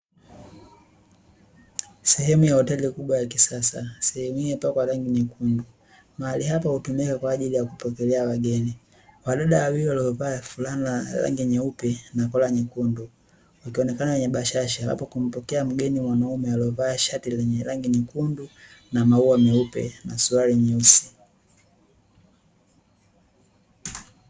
Sehemu ya hoteli kubwa ya kisasa, sehemu hii imepakwa rangi nyekundu, mahali hapa hutumika kwa ajili ya kupokelea wageni, wadada wawili waliovaa fulana la rangi nyeupe na kola nyekundu, wakionekana wenye bashasha, wapo kumpokea mgeni mwanaume alovaa shati lenye rangi nyekundu na maua meupe na suruali nyeusi.